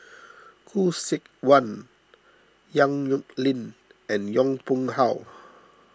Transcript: Khoo Seok Wan Yong Nyuk Lin and Yong Pung How